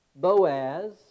Boaz